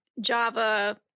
Java